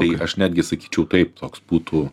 tai aš netgi sakyčiau taip toks būtų